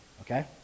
okay